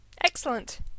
excellent